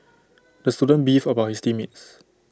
the student beefed about his team mates